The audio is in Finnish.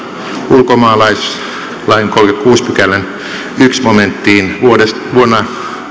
ulkomaalaislain kolmannenkymmenennenkuudennen pykälän ensimmäiseen momenttiin